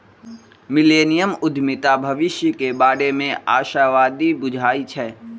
millennium उद्यमीता भविष्य के बारे में आशावादी बुझाई छै